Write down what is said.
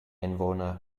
einwohner